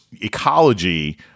ecology